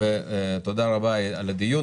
תודה רבה על הדיון.